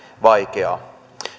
vaikea